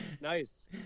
Nice